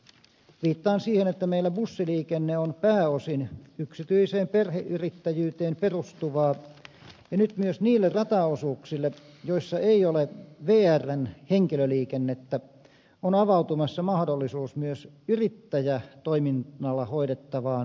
viittaan siihen että meillä bussiliikenne on pääosin yksityiseen perheyrittäjyyteen perustuvaa ja nyt myös niille rataosuuksille joilla ei ole vrn henkilöliikennettä on avautumassa mahdollisuus myös yrittäjätoiminnalla hoidettavaan junaliikenteeseen